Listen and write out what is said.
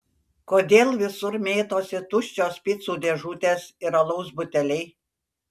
kodėl visur mėtosi tuščios picų dėžutės ir alaus buteliai